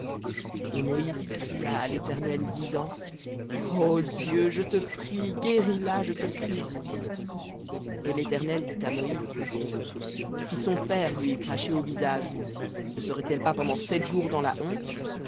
et moïse cria à l'éternel disant ô dieu je te prie guéris la je te prie et l'éternel dit à moïse si son père lui eût craché au visage ne serait-elle pas pendant sept jours dans la honte